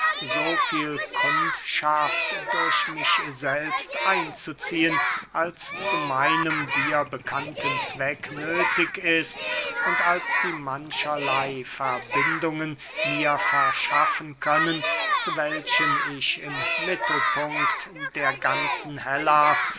so viel kundschaft durch mich selbst einzuziehen als zu meinem dir bekannten zweck nöthig ist und als die mancherley verbindungen mir verschaffen können zu welchen ich im mittelpunkt der ganzen hellas